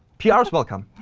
pr is welcome.